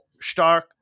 stark